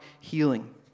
healing